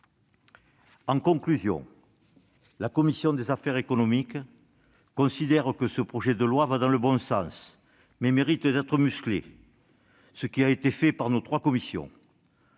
En conclusion, la commission des affaires économiques considère que ce projet de loi va dans le bon sens, mais qu'il mérite d'être musclé, ce qui a été fait par nos trois commissions.